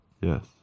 Yes